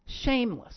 shameless